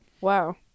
Wow